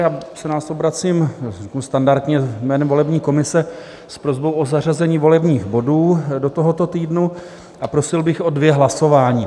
Já se na vás obracím už standardně jménem volební komise s prosbou o zařazení volebních bodů do tohoto týdnu a prosil bych o dvě hlasování.